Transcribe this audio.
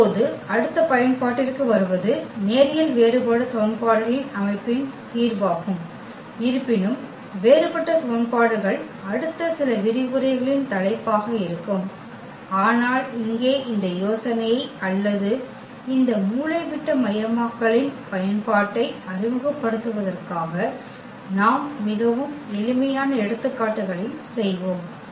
இப்போது அடுத்த பயன்பாட்டிற்கு வருவது நேரியல் வேறுபாடு சமன்பாடுகளின் அமைப்பின் தீர்வாகும் இருப்பினும் வேறுபட்ட சமன்பாடுகள் அடுத்த சில விரிவுரைகளின் தலைப்பாக இருக்கும் ஆனால் இங்கே இந்த யோசனையை அல்லது இந்த மூலைவிட்டமயமாக்கலின் பயன்பாட்டை அறிமுகப்படுத்துவதற்காக நாம் மிகவும் எளிமையான எடுத்துக்காட்டுகளையும் செய்வோம்